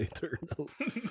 Eternals